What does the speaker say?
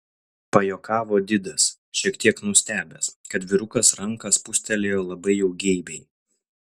pajuokavo didas šiek tiek nustebęs kad vyrukas ranką spūstelėjo labai jau geibiai